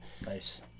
Nice